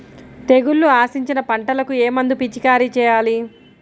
తెగుళ్లు ఆశించిన పంటలకు ఏ మందు పిచికారీ చేయాలి?